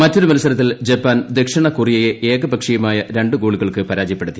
മറ്റൊരു മത്സ്രത്തിൽ ജപ്പാൻ ദക്ഷിണ കൊറിയയെ ഏകപക്ഷീയമായ രണ്ട്ഗോളുകൾക്ക് പരാജയപ്പെടുത്തി